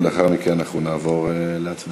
ולאחר מכן אנחנו נעבור להצבעה.